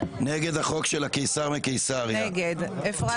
נגד החוק